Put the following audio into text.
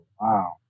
Wow